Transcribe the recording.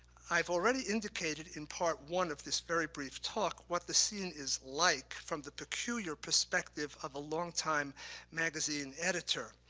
i've already indicated in part one of this very brief talk what the scene is like from the peculiar perspective of a long-time magazine editor.